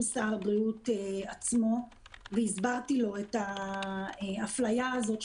שר הבריאות עצמו והסברתי לו את האפליה הזאת,